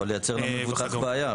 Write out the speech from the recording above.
זה יכול לייצר למבוטח בעיה,